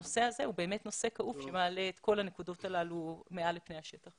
הנושא הזה הוא באמת נושא כאוב שמעלה את כל הנקודות הללו מעל לפני השטח.